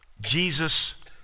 Jesus